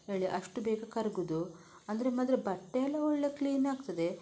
ಹೇಳಿ ಅಷ್ಟು ಬೇಗ ಕರ್ಗೋದು ಅಂದರೆ ಮಾತ್ರ ಬಟ್ಟೆ ಎಲ್ಲ ಒಳ್ಳೆಯ ಕ್ಲೀನ್ ಆಗ್ತದೆ